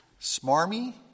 Smarmy